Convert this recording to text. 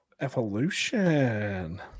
Evolution